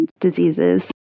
diseases